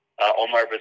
Omar